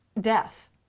death